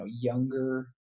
younger